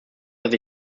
dass